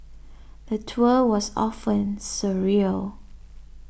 the tour was often surreal